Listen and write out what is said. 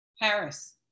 Harris